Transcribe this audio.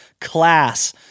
class